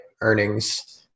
earnings